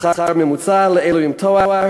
זה השכר הממוצע של אלה שיש להם תואר.